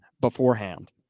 beforehand